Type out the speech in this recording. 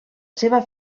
seva